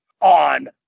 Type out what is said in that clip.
on